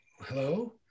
Hello